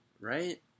Right